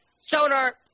Sonar